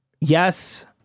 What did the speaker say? yes